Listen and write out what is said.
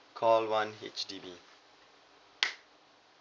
call one H_D_B